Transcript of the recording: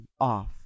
off